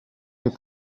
est